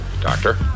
Doctor